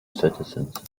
citizens